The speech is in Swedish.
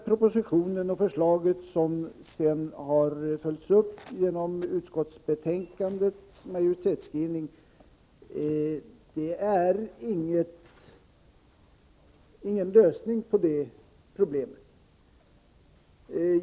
Propositionen och förslaget som sedan har följts upp i utskottsbetänkandets majoritetsskrivning ger ingen lösning på det problemet.